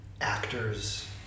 actors